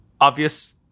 obvious